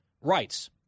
rights